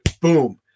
Boom